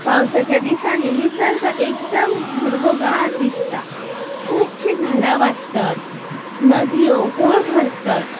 पावसाच्या दिसांनी निसर्ग एकदम हिरवोगार दिसता खुबशीं झाडां वाडटात नदयो होळ भरतत